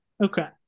Okay